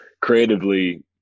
Creatively